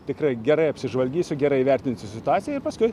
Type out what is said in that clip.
tikrai gerai apsižvalgysiu gerai įvertinsiu situaciją ir paskui